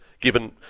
given